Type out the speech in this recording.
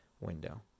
window